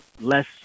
less